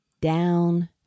Down